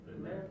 Amen